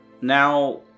Now